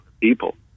people